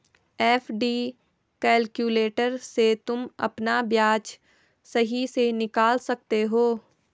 FD calculator से तुम अपना ब्याज सही से निकाल सकते हो